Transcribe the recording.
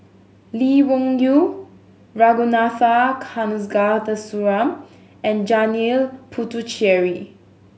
Lee Wung Yew Ragunathar Kanagasuntheram and Janil Puthucheary